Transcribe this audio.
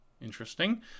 Interesting